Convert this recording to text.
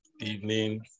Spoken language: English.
evening